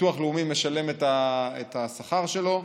ביטוח לאומי משלם את השכר שלו,